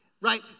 right